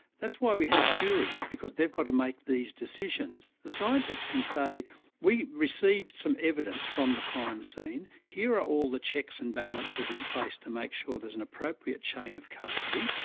that's why we have juries, because they've got to make these decisions. the scientists can say we received some evidence from the crime scene, here are all the checks and balances in place to make sure there's an appropriate chain of custody,